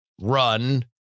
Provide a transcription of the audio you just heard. run